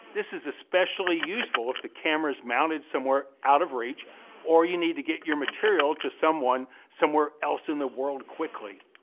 this is especially useful if the camera's mounted somewhere out of reach or you need to get your material to someone, somewhere else in the world quickly.